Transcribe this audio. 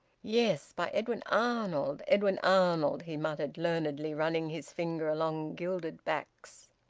yes, by edwin arnold edwin arnold, he muttered learnedly, running his finger along gilded backs.